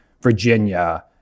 Virginia